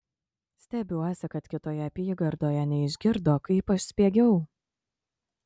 stebiuosi kad kitoje apygardoje neišgirdo kaip aš spiegiau